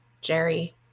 Jerry